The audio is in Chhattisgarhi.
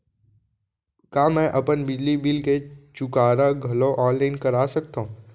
का मैं अपन बिजली बिल के चुकारा घलो ऑनलाइन करा सकथव?